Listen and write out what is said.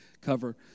cover